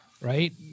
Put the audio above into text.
right